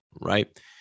right